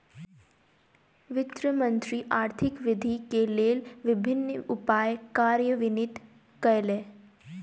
वित्त मंत्री आर्थिक वृद्धि के लेल विभिन्न उपाय कार्यान्वित कयलैन